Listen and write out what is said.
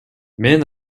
мен